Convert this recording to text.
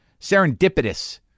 Serendipitous